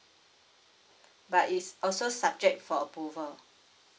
but it's also subject for approval